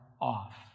off